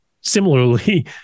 similarly